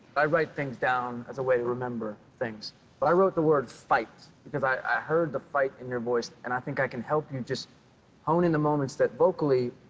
i write things down as a way to remember things. but i wrote the word fight because i i heard the fight in your voice, and i think i can help you just hone in the moments that, vocally,